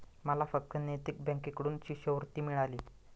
मला फक्त नैतिक बँकेकडून शिष्यवृत्ती मिळाली